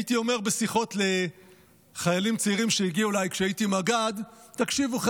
הייתי אומר בשיחות לחיילים צעירים שהגיעו אליי כשהייתי מג"ד: תקשיבו,